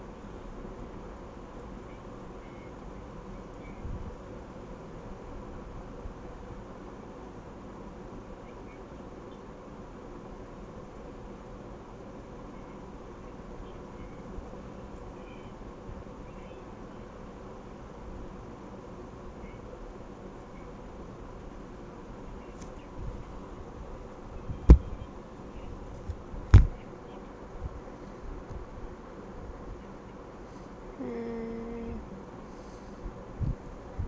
mm